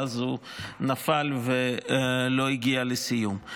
ואז הוא נפל ולא הגיע לסיום.